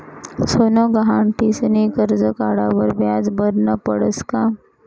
सोनं गहाण ठीसनी करजं काढावर व्याज भरनं पडस का?